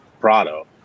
Prado